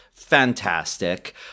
fantastic